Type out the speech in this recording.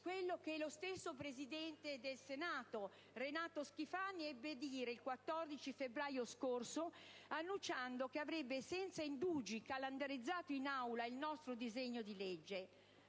ciò che lo stesso Presidente del Senato, Renato Schifani, ebbe a dire il 14 febbraio scorso, annunciando che avrebbe senza indugi calendarizzato in Aula il nostro disegno di legge.